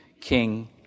king